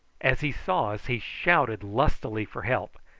as he saw us he shouted lustily for help.